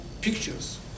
pictures